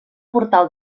portal